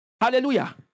Hallelujah